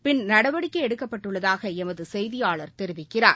பின் நடவடிக்கை எடுக்கப்பட்டுள்ளதாக எமது செய்தியாளர் தெரிவிக்கிறார்